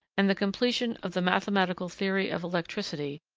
and the completion of the mathematical theory of electricity,